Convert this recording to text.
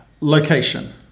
location